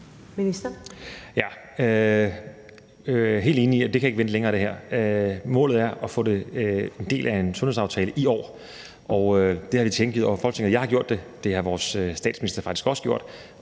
Jeg er helt enig i, at det her ikke kan vente længere. Målet er at få det som en del af en sundhedsaftale i år; det er tilkendegivet over for Folketinget – jeg har gjort det, og det har vores statsminister faktisk også gjort,